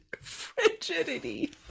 frigidity